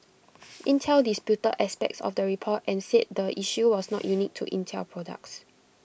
Intel disputed aspects of the report and said the issue was not unique to Intel products